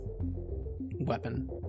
weapon